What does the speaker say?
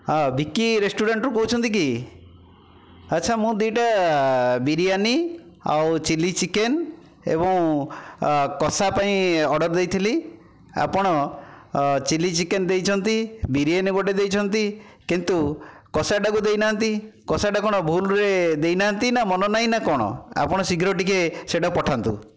ହଁ ଭିକି ରେଷ୍ଟୁରାଣ୍ଟରୁ କହୁଛନ୍ତି କି ଆଛା ମୁଁ ଦୁଇଟା ବିରିୟାନି ଆଉ ଚିଲ୍ଲି ଚିକେନ ଏବଂ କଷା ପାଇଁ ଅର୍ଡ଼ର ଦେଇଥିଲି ଆପଣ ଚିଲ୍ଲି ଚିକେନ ଦେଇଛନ୍ତି ବିରିୟାନି ଗୋଟିଏ ଦେଇଛନ୍ତି କିନ୍ତୁ କଷାଟାକୁ ଦେଇ ନାହାଁନ୍ତି କଷାଟା କ'ଣ ଭୁଲରେ ଦେଇ ନାହାଁନ୍ତି ନା ମନ ନାଇଁ ନା କ'ଣ ଆପଣ ଶୀଘ୍ର ଟିକିଏ ସେ'ଟା ପଠାନ୍ତୁ